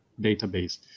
database